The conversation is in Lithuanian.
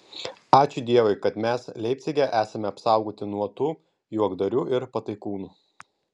ačiū dievui kad mes leipcige esame apsaugoti nuo tų juokdarių ir pataikūnų